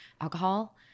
alcohol